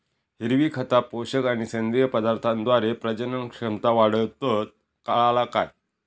हिरवी खता, पोषक आणि सेंद्रिय पदार्थांद्वारे प्रजनन क्षमता वाढवतत, काळाला काय?